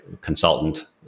consultant